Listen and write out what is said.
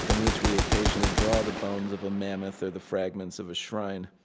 from which we occasionally draw the bones of a mammoth or the fragments of a shrine.